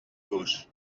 gauche